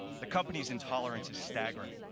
the company's intolerance is staggering.